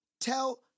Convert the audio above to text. tell